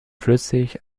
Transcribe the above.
flüssig